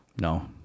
No